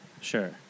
Sure